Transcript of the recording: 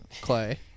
Clay